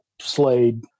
Slade